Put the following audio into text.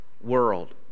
world